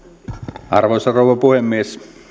arvoisa rouva puhemies